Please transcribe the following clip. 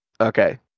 Okay